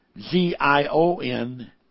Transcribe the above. Z-I-O-N